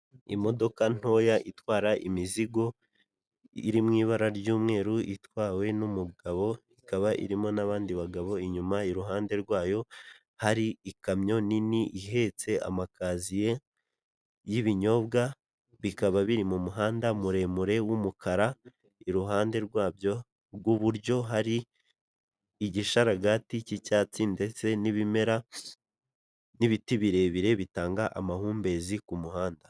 Imodoka ntoya itwara imizigo iri mu ibara ry'umweru itwawe n'umugabo ikaba irimo n'abandi bagabo inyuma iruhande rwayo hari ikamyo nini ihetse amakaziye y'ibinyobwa bikaba biri mu muhanda muremure w'umukara iruhande rwabyo rw'iburyo hari igishararaga cy'icyatsi ndetse n'ibimera n'ibiti birebire bitanga amahumbezi ku muhanda.